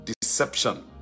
deception